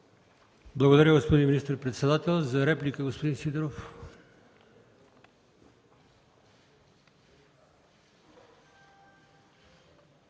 Благодаря Ви, господин министър-председател. За реплика – господин Сидеров.